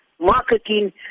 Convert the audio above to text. marketing